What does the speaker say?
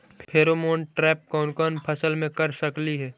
Pheromone trap कोन कोन फसल मे कर सकली हे?